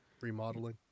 remodeling